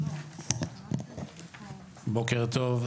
בוקר טוב,